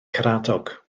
caradog